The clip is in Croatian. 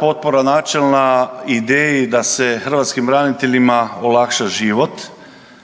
potpora načelna ideji da se hrvatskim braniteljima olakša život,